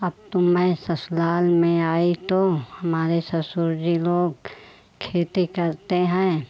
अब तो मैं ससुराल में आई तो हमारे ससुर जी लोग खेती करते हैं